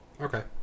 Okay